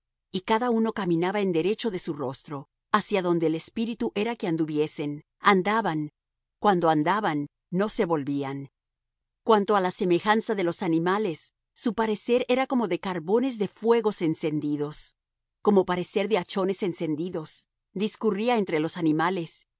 y cada uno caminaba en derecho de su rostro hacia donde el espíritu era que anduviesen andaban cuando andaban no se volvían cuanto á la semejanza de los animales su parecer era como de carbones de fuego encendidos como parecer de hachones encendidos discurría entre los animales